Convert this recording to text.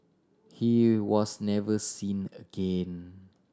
he was never seen again